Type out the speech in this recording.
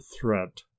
threat